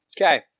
Okay